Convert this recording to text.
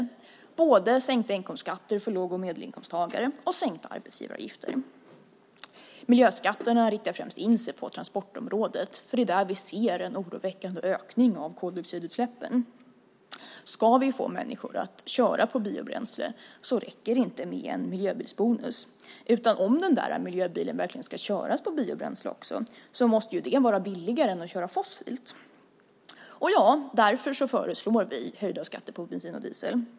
Det är både sänkta inkomstskatter för låg och medelinkomsttagare och sänkta arbetsgivaravgifter. Miljöskatterna inriktas främst på transportområdet. Det är där vi ser en oroväckande ökning av koldioxidutsläppen. Ska vi få människor att köra på biobränsle räcker det inte med en miljöbilsbonus. Om miljöbilen verkligen ska köras på biobränsle måste det vara billigare än att köra med fossilt bränsle. Därför föreslår vi höjda skatter på bensin och diesel.